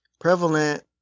prevalent